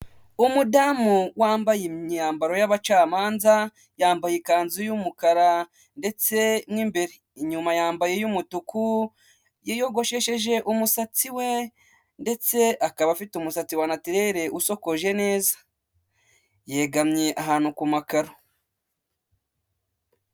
Umudamu wambaye imyambaro y'abacamanza, yambaye ikanzu y'umukara ndetse mu imbere, inyuma yambaye iy'umutuku, yiyogoshesheje umusatsi we ndetse akaba afite umusatsi wa natirere ushokoje neza, yegamyeye ahantu ku makaro.